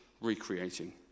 recreating